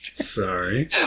Sorry